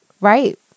Right